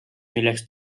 milleks